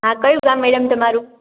હા કયું ગામ મેડમ તમારું